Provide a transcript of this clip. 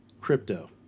crypto